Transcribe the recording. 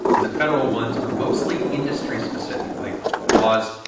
and the federal ones are mostly industry specific like laws,